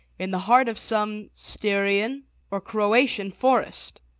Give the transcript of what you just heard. in the heart of some styrian or croatian forest.